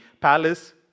palace